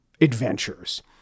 adventures